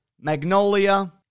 Magnolia